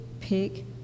pick